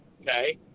Okay